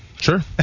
Sure